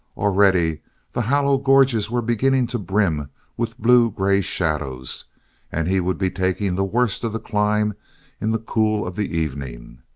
already the hollow gorges were beginning to brim with blue-grey shadows and he would be taking the worst of the climb in the cool of the evening.